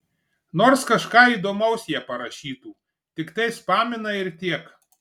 nors kažką įdomaus jie parašytų tiktai spamina ir tiek